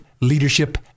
Leadership